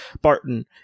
Barton